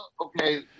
okay